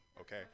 Okay